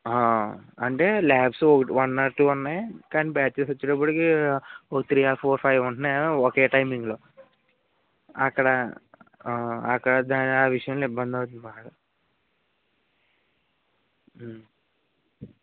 అంటే labs one or two ఉన్నాయి కానీ బ్యాచెస్ వచ్చేటప్పడికి ఓ త్రీ ఆర్ ఫోర్ ఫైవ్ ఉంటున్నాయి ఒకే టైమింగ్లో అక్కడ అక్కడ ఆ విషయంలో ఇబ్బందవుతుంది బాగా